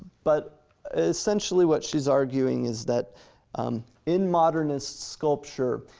but essentially, what she's arguing is that in modernist sculpture,